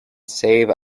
save